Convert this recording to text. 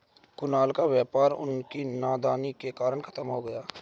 कुणाल का व्यापार उसकी नादानी के कारण खत्म हो गया